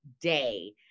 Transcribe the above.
day